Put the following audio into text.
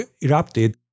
erupted